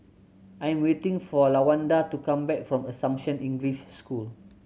I am waiting for Lawanda to come back from Assumption English School